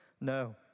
no